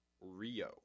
Rio